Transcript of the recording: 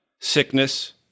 sickness